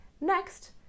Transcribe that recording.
Next